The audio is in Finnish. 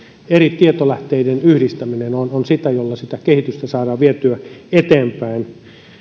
eri tietolähteiden yhdistäminen on on sitä millä sitä kehitystä saadaan vietyä eteenpäin